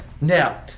Now